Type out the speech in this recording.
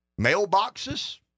mailboxes